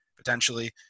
potentially